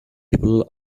people